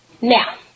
Now